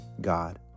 God